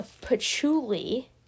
patchouli